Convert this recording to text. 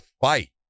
fight